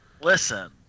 Listen